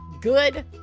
good